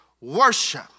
worship